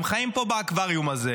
הם חיים פה באקווריום הזה,